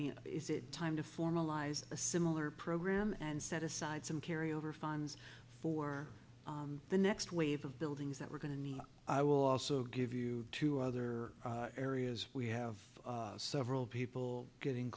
mean is it time to formalize a similar program and set aside some carry over funds for the next wave of buildings that we're going to need i will also give you two other areas we have several people getting